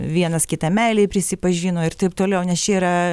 vienas kitam meilėj prisipažino ir taip toliau nes čia yra